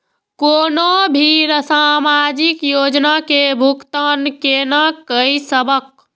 कोनो भी सामाजिक योजना के भुगतान केना कई सकब?